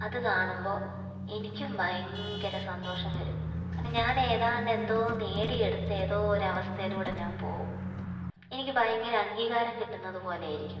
അത് കാണുമ്പോൾ എനിക്കും ഭയങ്കര സന്തോഷം വരും കാരണം ഞാൻ ഏതാണ്ട് എന്തോ നേടിയെടുത്ത ഏതോ ഒരു അവസ്ഥയിലൂടെ ഞാൻ പോവും എനിക്ക് ഭയങ്കര അംഗീകാരം കിട്ടുന്നതുപോലെ ആയിരിക്കും